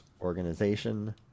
organization